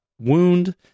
wound